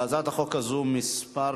להצעת החוק הזאת כמה נרשמים.